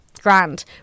grand